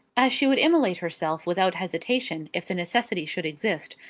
as she would immolate herself without hesitation, if the necessity should exist,